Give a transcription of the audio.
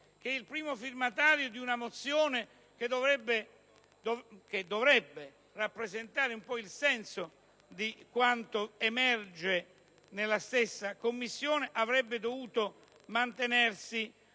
che è il primo firmatario di una mozione che dovrebbe rappresentare un po' il senso di quanto emerge nella stessa Commissione, avrebbe dovuto mantenersi